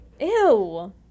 Ew